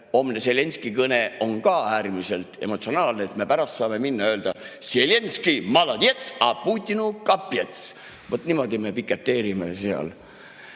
homne Zelenskõi kõne on ka äärmiselt emotsionaalne, et me pärast saame minna ja öelda: "Zelenskõi, molodets, a Putinu kapets." Vaat niimoodi me piketeerime seal.